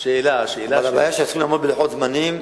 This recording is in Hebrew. הבעיה היא שצריך לעמוד בלוחות זמנים,